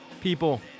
People